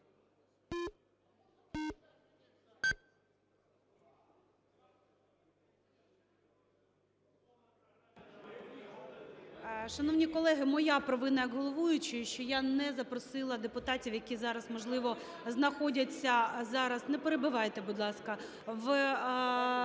Шановні колеги, моя провина як головуючої, що я не запросила депутатів, які зараз, можливо, знаходяться… зараз – не перебивайте, будь ласка! – які